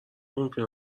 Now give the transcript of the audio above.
ممکنه